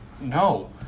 No